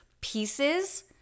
pieces